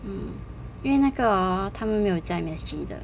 um 因为那个 hor 他们没有加 M_S_G 的